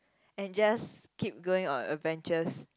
and just keep going on adventures